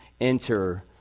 enter